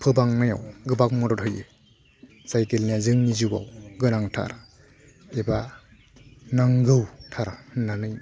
फोबांनायाव गोबां मदद होयो जाय गेलेनाया जोंनि जिउआव गोनांथार एबा नांगौथार होननानै